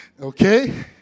Okay